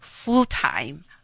full-time